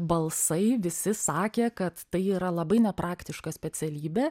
balsai visi sakė kad tai yra labai nepraktiška specialybė